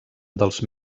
dels